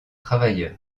travailleurs